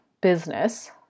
business